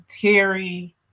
Terry